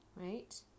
Right